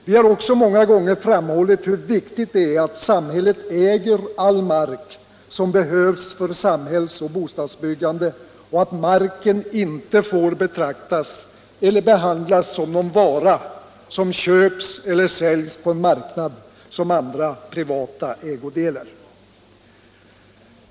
Vi har också många gånger framhållit hur viktigt det är att samhället äger all mark som behövs för samhällsoch bostadsbyggande och att marken inte får betraktas eller behandlas som någon vara som köps eller säljs på en marknad som andra privata ägodelar.